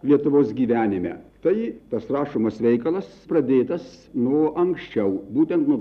lietuvos gyvenime tai tas rašomas veikalas pradėtas nuo anksčiau būtent nuo